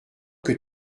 que